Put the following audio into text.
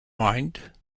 mind